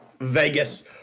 Vegas